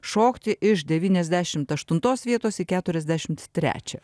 šokti iš devyniasdešimt aštuntos vietos į keturiasdešimts trečią